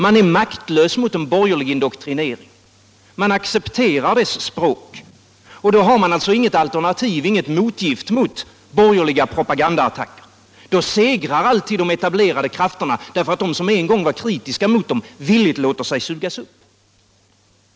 Man är maktlös mot en borgerlig indoktrinering, man accepterar dess språk och då har man alltså inget alternativ eller motgift mot borgerliga propagandaattacker. Då segrar alltid de etablerade krafterna därför att de som en gång var kritiska mot dem villigt låter sig sugas upp.